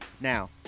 now